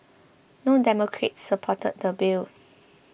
no Democrats supported the bill